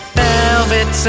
velvet